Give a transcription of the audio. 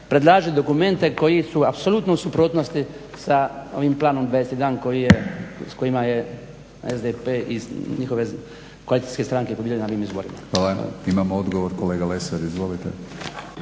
predlaže dokumente koji su apsolutno u suprotnosti sa ovim Planom 21 s kojim je SDP i njihove koalicijske stranke pobijedili na ovim izborima. **Batinić, Milorad (HNS)** Hvala.